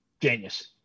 Genius